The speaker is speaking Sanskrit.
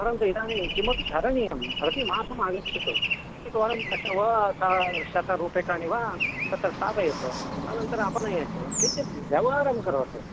परन्तु इदानीं किमपि करणीयं प्रतिमासम् आगच्छतु एकवारं दश वा स शतं रूप्यकाणि वा तत्र स्थापयतु अनन्तरम् अपनयतु किञ्चित् व्यवहारं करोतु